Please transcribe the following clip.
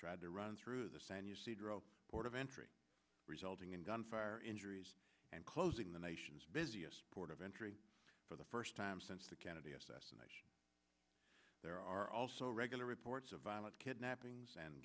tried to run through the sanusi drove port of entry resulting in gunfire injuries and closing the nation's busiest port of entry for the first time since the kennedy assassination there are also regular reports of violent kidnappings and